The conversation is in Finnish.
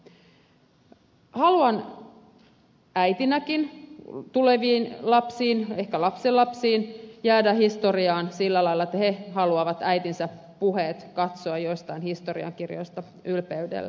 haluan äitinäkin tuleville lapsille ehkä lapsenlapsille jäädä historiaan sillä lailla että he haluavat äitinsä puheet katsoa joistain historian kirjoista ylpeydellä